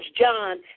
John